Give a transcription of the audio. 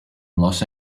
los